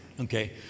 Okay